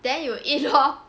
then you eat lor